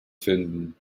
finden